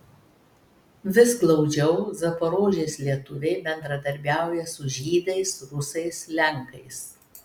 vis glaudžiau zaporožės lietuviai bendradarbiauja su žydais rusais lenkais